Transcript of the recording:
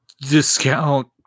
Discount